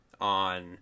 on